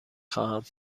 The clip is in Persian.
خواهم